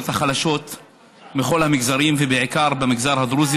החלשות מכל המגזרים ובעיקר במגזר הדרוזי,